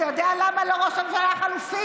אתה יודע למה לא לראש הממשלה החלופי?